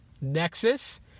Nexus